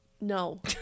No